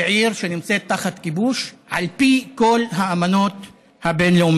בעיר שנמצאת תחת כיבוש על פי כל האמנות הבין-לאומיות.